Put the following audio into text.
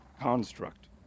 construct